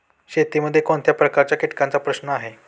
शेतीमध्ये कोणत्या प्रकारच्या कीटकांचा प्रश्न आहे?